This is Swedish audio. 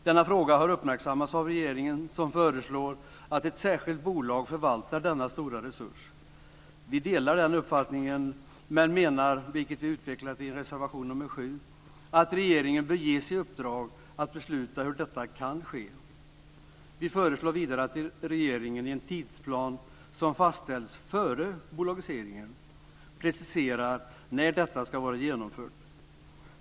Denna fråga har uppmärksammats av regeringen, som föreslår att ett särskilt bolag förvaltar denna stora resurs. Vi delar den uppfattningen men menar, vilket vi utvecklat i reservation nr 8, att regeringen bör ges i uppdrag att besluta hur detta kan ske. Vi föreslår vidare att regeringen i en tidsplan som fastställs före bolagiseringen preciserar när detta ska vara genomfört.